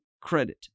credit